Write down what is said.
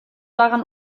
daran